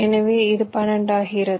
எனவே இது 12 ஆகிறது